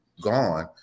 gone